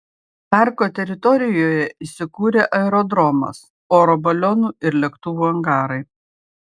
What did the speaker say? parko teritorijoje įsikūrė aerodromas oro balionų ir lėktuvų angarai